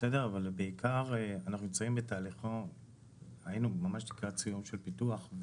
אבל בעיקר אנחנו היינו לקראת סיום של הפיתוח,